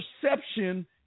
perception